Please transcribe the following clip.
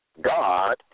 god